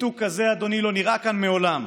ניתוק כזה, אדוני, לא נראה כאן מעולם.